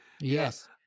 yes